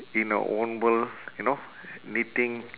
in her own world you know knitting